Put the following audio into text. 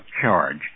charge